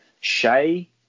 Shay